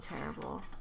terrible